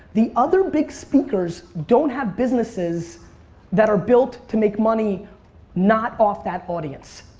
the other big speakers don't have businesses that are built to make money not off that audience.